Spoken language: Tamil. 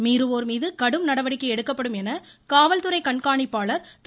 மீறுவோர் மீது கடும் நடவடிக்கை எடுக்கப்படும் என காவல்துறை கண்காணிப்பாளர் திரு